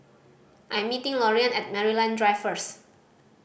I'm meeting Loriann at Maryland Drive first